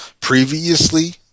previously